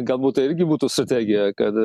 galbūt tai irgi būtų strategija kad